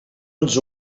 ens